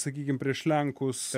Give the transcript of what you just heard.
sakykim prieš lenkus